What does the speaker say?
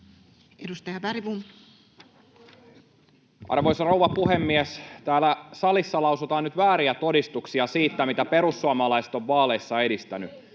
16:44 Content: Arvoisa rouva puhemies! Täällä salissa lausutaan nyt vääriä todistuksia siitä, mitä perussuomalaiset ovat vaaleissa edistäneet.